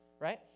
right